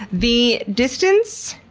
the distance